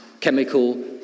chemical